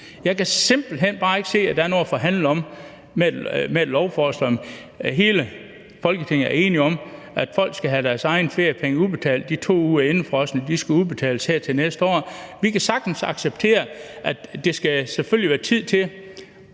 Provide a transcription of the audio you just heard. Jeg kan simpelt hen bare ikke se, at der er noget at forhandle om. Hele Folketinget er enige om, at folk skal have deres egne feriepenge udbetalt, at de 2 ugers indefrosne feriepenge skal udbetales her til næste år. Vi kan sagtens acceptere, at der selvfølgelig skal være tid til